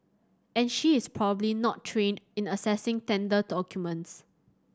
and she is probably not trained in assessing tender documents